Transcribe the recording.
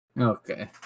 Okay